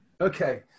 Okay